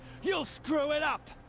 you'll screw it up!